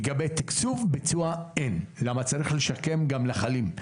לגבי תקצוב ביצוע, אין, כי צריך לשקם גם נחלים.